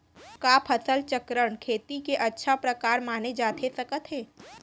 का फसल चक्रण, खेती के अच्छा प्रकार माने जाथे सकत हे?